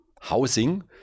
housing